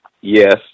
Yes